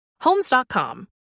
Homes.com